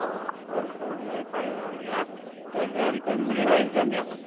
অ সোতৰ বছৰ হ'লে পাৰিব ইয়াত এতিয়া জইন কৰিম বুলি ভাবিছেনি আপুনি